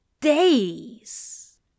days